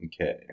Okay